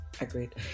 Agreed